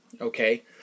Okay